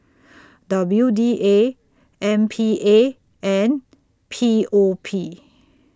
W D A M P A and P O P